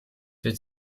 wird